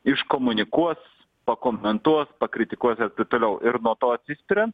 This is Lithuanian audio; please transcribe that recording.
iškomunikuos pakomentuos pakritikuos ir taip toliau ir nuo to atsispiriant